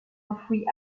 enfouis